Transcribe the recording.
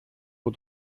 που